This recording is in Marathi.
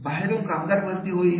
बाहेरून कामगार भरती होईल